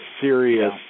serious